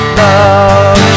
love